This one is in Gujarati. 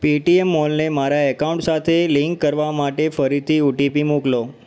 પેટીએમ માૅલને મારા એકાઉન્ટ સાથે લિંક કરવા માટે ફરીથી ઓ ટી પી મોકલો